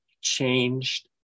changed